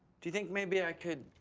do you think maybe i could,